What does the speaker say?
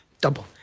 double